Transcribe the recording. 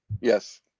yes